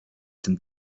tym